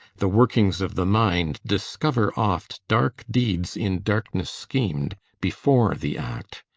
the workings of the mind discover oft dark deeds in darkness schemed, before the act.